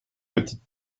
petite